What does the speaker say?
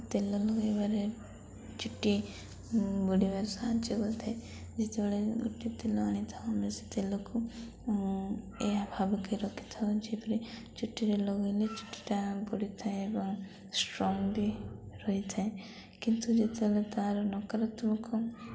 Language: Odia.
ତେଲ ଲଗାଇବାରେ ଚୁଟି ବଢ଼ିବାରେ ସାହାଯ୍ୟ କରିଥାଏ ଯେତେବେଳେ ଗୋଟେ ତେଲ ଆଣିଥାଉ ଆମେ ସେ ତେଲକୁ ଏହା ଭାବିକି ରଖିଥାଉ ଯେପରି ଚୁଟିରେ ଲଗାଇଲେ ଚୁଟିଟା ବଢ଼ିଥାଏ ଏବଂ ଷ୍ଟ୍ରଙ୍ଗ୍ ବି ରହିଥାଏ କିନ୍ତୁ ଯେତେବେଳେ ତା'ର ନକାରାତ୍ମକ